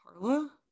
Carla